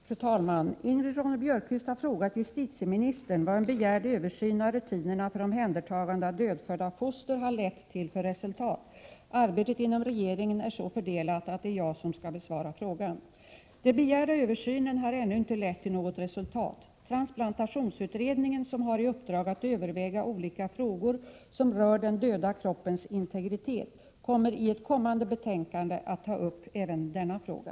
Fru talman! Ingrid Ronne-Björkqvist har frågat justitieministern vad en begärd översyn av rutinerna för omhändertagande av dödfödda foster har lett till för resultat. Arbetet inom regeringen är så fördelat att det är jag som skall besvara frågan. Den begärda översynen har ännu inte lett till något resultat. Transplantationsutredningen, som har i uppdrag att överväga olika frågor som rör den döda kroppens integritet, kommer i ett kommande betänkande att ta upp även denna fråga.